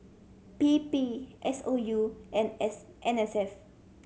P P S O U and S N S F